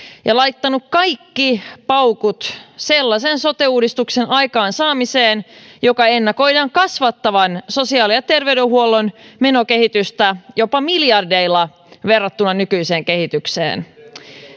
ja laittanut kaikki paukut sellaisen sote uudistuksen aikaansaamiseen jonka ennakoidaan kasvattavan sosiaali ja terveydenhuollon menokehitystä jopa miljardeilla verrattuna nykyiseen kehitykseen